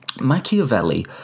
Machiavelli